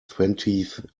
twentieth